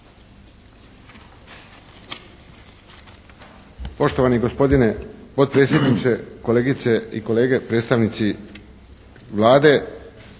Poštovani gospodine potpredsjedniče, kolegice i kolege predstavnici Vlade